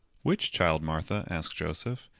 which child, martha? asked joseph.